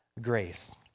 grace